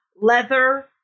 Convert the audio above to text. leather